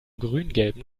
grüngelben